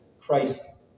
Christ